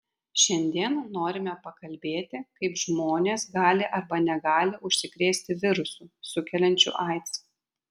šiandien norime pakalbėti kaip žmonės gali arba negali užsikrėsti virusu sukeliančiu aids